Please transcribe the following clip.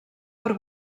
per